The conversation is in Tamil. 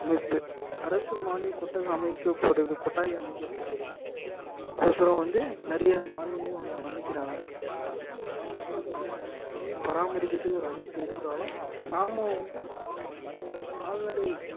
அமைப்பு அரசு மானிய கொட்டகை அமைக்கப்படுது கொட்டாயி அமைக்கிறதுக்கோசறம் வந்து நிறைய மானியம் ஆனால் அமைக்கிறாங்க இதுக்கு ஒரு அமைப்பு இருக்குது பராமரிக்கிறதுக்கு ஒரு அமைப்பு இருந்தாலும் நாம் வந்து கால்நடை